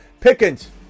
Pickens